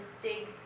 dig